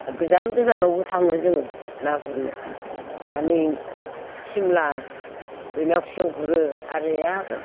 गोजान गोजानावबो थाङो जोङो ना गुरनो दा नै सिमला बैनाव फिसौ गुरो आरैया